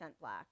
black